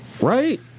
Right